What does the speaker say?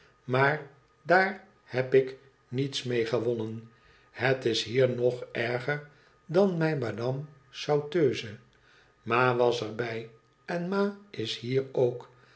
maar daar heb ik niets mee gewonnen het is hier nog erger dan bij madame sauteuse ma was er bij en ma is hier ook